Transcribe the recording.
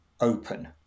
open